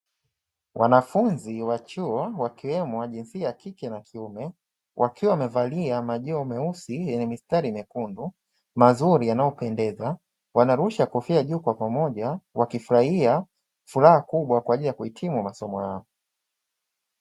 Wanafunzi wa chuo wakiwemo wa jinsia ya kike na kiume, wakiwa wamevalia majoho meusi yenye mistari myekundu mazuri yanayopendeza; wanarusha kofia juu kwa pamoja wakifurahia furaha kubwa kwa ajili ya kuhitimu masomo yao.